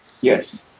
Yes